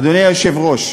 אדוני היושב-ראש,